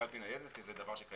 קלפי ניידת קיימת אצל חיילים.